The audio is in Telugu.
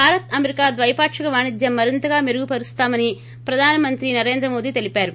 భారత్ అమెరికా ద్వైపాక్షిక వాణిజ్యం మరింతగా మెరుగుపరుస్తామని ప్రధాని మంత్రి నరేంద్ర మోదీ తెలిపారు